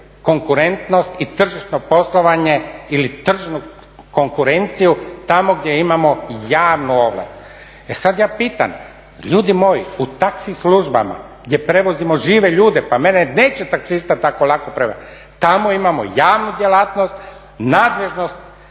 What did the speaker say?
konkurentnost i tržišno poslovanje ili tržnu konkurenciju tamo gdje imamo javnu ovlast. E sada ja pitam, ljudi moji u taksi službama gdje prevozimo žive ljude, pa mene neće taksista tako lako …/Govornik se ne razumije./… tamo imamo javnu djelatnost, nadležnost